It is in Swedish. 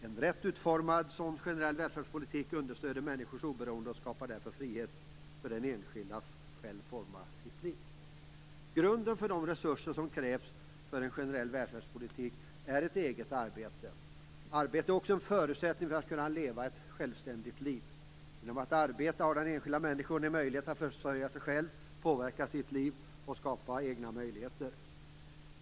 En rätt utformad sådan generell välfärdspolitik understöder människors oberoende och skapar därför frihet för den enskilde att själv forma sitt liv. Grunden för de resurser som krävs för en generell välfärdspolitik är ett eget arbete. Arbete är också en förutsättning för att kunna leva ett självständigt liv. Genom att arbeta har den enskilda människan möjlighet att försörja sig själv, skapa och påverka sitt eget liv.